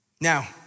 Now